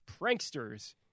pranksters